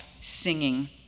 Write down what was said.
singing